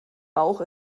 bauch